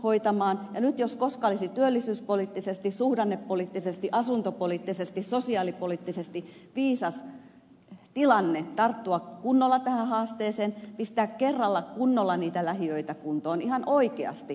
nyt jos koska olisi työllisyyspoliittisesti suhdannepoliittisesti asuntopoliittisesti sosiaalipoliittisesti viisas tilanne tarttua kunnolla tähän haasteeseen pistää kerralla kunnolla niitä lähiöitä kuntoon ihan oikeasti